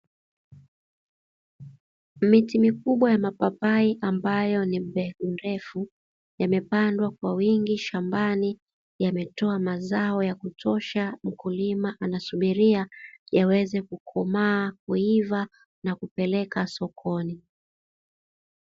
Miti mikubwa ya mapapai ambayo ni mbegu ndefu, yamepandwa kwa wingi shambani, yametoa mazao ya kutosha; mkulima anasubiria yaweze kukomaa, kuiva na kupeleka sokoni.